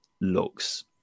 looks